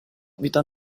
vita